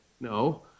No